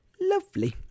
Lovely